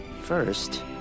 First